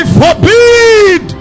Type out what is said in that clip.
forbid